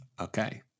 Okay